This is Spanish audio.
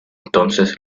entonces